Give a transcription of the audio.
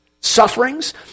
sufferings